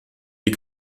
die